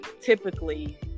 typically